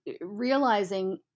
realizing